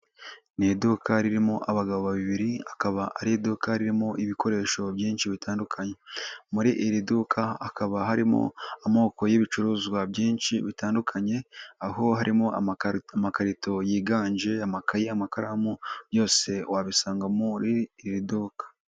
Ni iduka ririmo abagabo babiri, akaba ari iduka ririmo ibikoresho byinshi bitandukanye. Muri iri duka hakaba harimo amoko y'ibicuruzwa byinshi bitandukanye, aho harimo amakarito yiganje, amakaye, amakaramu, byose wabisanga muri iri duka.